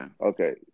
Okay